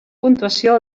puntuació